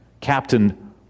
Captain